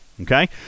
okay